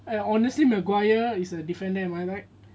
honestly maguire is a defender am I right